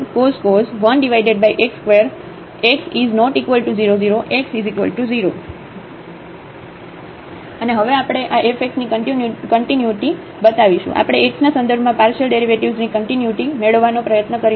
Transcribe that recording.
fxxy 2y3x3cos 1x2 x≠0 0x0 હવે અને હવે આપણે આ f x ની કન્ટિન્યુટી બતાવીશું આપણે x ના સંદર્ભમાં પાર્શિયલ ડેરિવેટિવ્ઝ ની કન્ટિન્યુટી મેળવવાનો પ્રયત્ન કરીશું